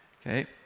Okay